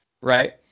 Right